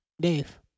Dave